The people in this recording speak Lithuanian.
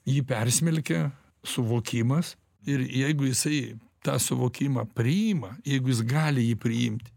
jį persmelkia suvokimas ir jeigu jisai tą suvokimą priima jeigu jis gali jį priimti